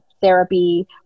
therapy